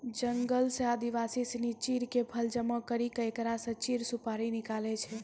जंगल सॅ आदिवासी सिनि चीड़ के फल जमा करी क एकरा स चीड़ सुपारी निकालै छै